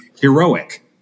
heroic